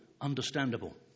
understandable